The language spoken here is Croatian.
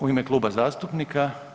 U ime kluba zastupnika.